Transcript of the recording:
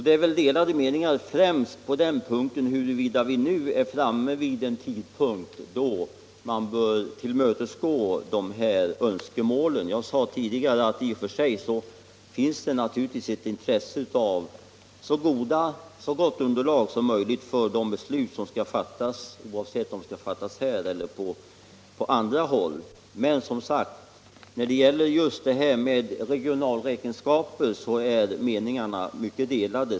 Det är delade meningar främst om huruvida vi nu är framme vid den tidpunkt då man bör tillmötesgå dessa önskemål. Jag sade tidigare att det i och för sig finns ett intresse av ett så gott underlag som möjligt för beslut som skall fattas — oavsett om de fattas här eller på andra håll. När det gäller just detta med regionalräkenskaper är meningarna mycket delade.